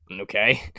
Okay